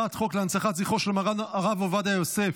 להנצחת זכרו של מרן הרב עובדיה יוסף,